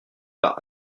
par